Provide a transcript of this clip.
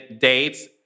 dates